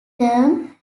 term